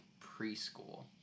preschool